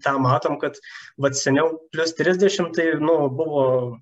tą matom kad vat seniau plius trisdešim tai nu buvo